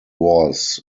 was